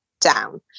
down